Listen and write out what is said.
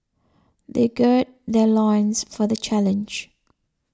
they gird their loins for the challenge